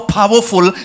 powerful